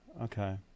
Okay